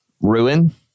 Ruin